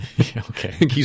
Okay